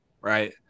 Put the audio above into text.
right